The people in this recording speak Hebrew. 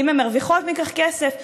אם הן מרוויחות מכך כסף,